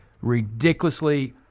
ridiculously